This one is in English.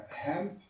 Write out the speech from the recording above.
hemp